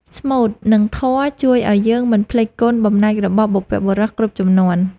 ស្មូត និងធម៌ជួយឱ្យយើងមិនភ្លេចគុណបំណាច់របស់បុព្វបុរសគ្រប់ជំនាន់។